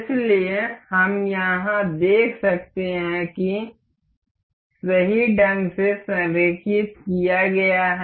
इसलिए हम यहाँ देख सकते हैं कि सही ढंग से संरेखित किया गया है